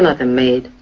the maid.